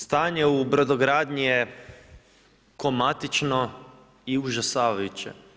Stanje u brodogradnji je kromatično i užasavajuće.